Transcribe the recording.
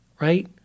right